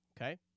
Okay